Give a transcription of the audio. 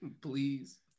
Please